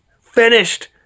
finished